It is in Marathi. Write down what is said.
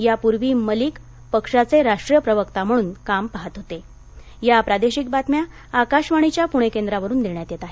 यापूर्वी मलिक पक्षाचे राष्ट्रीय प्रवक्ता म्हणून काम पाहत होते या प्रादेशिक बातम्या आकाशवाणीच्या पूणे केंद्रावरून देण्यात येत आहेत